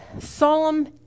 solemn